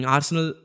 Arsenal